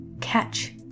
catch